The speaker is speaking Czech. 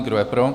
Kdo je pro?